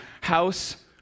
house